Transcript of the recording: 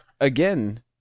again